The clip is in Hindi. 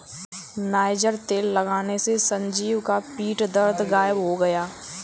नाइजर तेल लगाने से संजीव का पीठ दर्द गायब हो गया